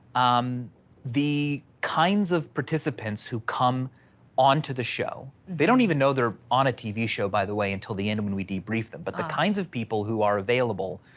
um the kinds of participants who come on to the show, they don't even know they're on a tv show, by the way until the end when we debrief them, but the kinds of people who are available